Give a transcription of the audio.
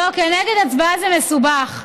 לא, כנגד הצבעה זה מסובך.